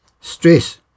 stress